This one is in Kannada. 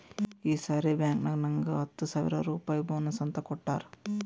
ಈ ಸರಿ ಬ್ಯಾಂಕ್ನಾಗ್ ನಂಗ್ ಹತ್ತ ಸಾವಿರ್ ರುಪಾಯಿ ಬೋನಸ್ ಅಂತ್ ಕೊಟ್ಟಾರ್